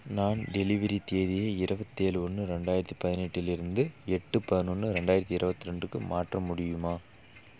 நான் டெலிவரி தேதியை இருவத்தேழு ஒன்று ரெண்டாயிரத்து பதினெட்டிலிருந்து எட்டு பதினொன்று ரெண்டாயிரத்து இருபத்தி ரெண்டுக்கு மாற்ற முடியுமா